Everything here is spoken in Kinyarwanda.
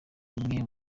rimwe